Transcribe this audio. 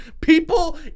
people